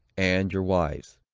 and your wives.